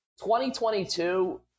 2022